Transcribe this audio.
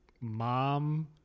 mom